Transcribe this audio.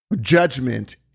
judgment